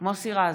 מוסי רז,